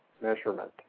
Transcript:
measurement